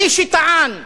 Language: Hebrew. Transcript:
מי שטען וטוען,